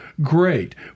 Great